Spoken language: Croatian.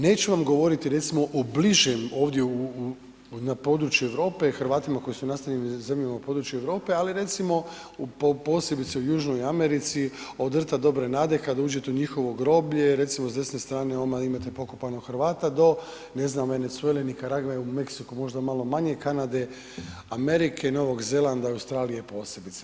Neću vam govoriti recimo o bližem ovdje na području Europe Hrvatima koji su nastanjeni u zemljama u području Europe, ali recimo posebice u Južnoj Americi od rta Dobre nade kada uđete u njihovo groblje, recimo s desne strane odmah imate pokopanog Hrvata do ne znam, Venezuele, Nikaragve, u Meksiku možda malo manje, Kanade, Amerike, N. Zelanda, Australije posebice.